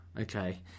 okay